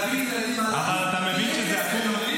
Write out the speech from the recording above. להביא את זה לילדים --- אבל אתה מבין שזה עקום?